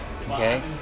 okay